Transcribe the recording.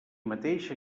mateix